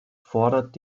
fordert